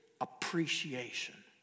appreciation